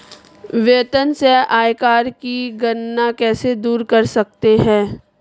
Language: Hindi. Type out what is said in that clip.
वेतन से आयकर की गणना कैसे दूर कर सकते है?